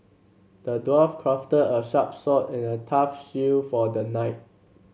the dwarf crafted a sharp sword and a tough shield for the knight